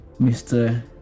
Mr